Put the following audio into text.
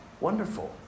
Wonderful